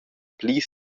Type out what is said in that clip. pli